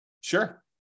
Sure